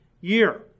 year